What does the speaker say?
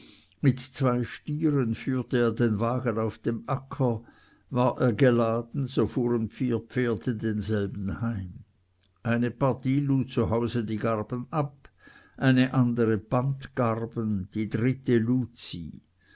mit zwei stieren führte er den wagen auf dem acker war er geladen so fuhren vier pferde denselben heim eine partie lud zu hause die garben ab eine andere band garben die dritte lud